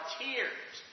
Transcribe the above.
tears